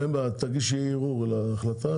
אין בעיה, תגישי ערעור על ההחלטה.